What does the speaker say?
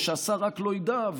ושהשר רק לא ידע,